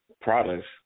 products